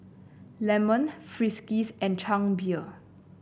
Friskies and Chang Beer